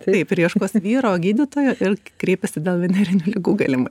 taip ir ieškos vyro gydytojo ir kreipiasi dėl venerinių ligų galimai